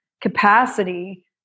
capacity